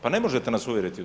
Pa ne možete nas uvjeriti u to.